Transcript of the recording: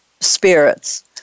spirits